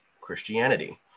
Christianity